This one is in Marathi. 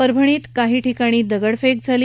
परभणीत काही ठिकाणी दगडफेक केली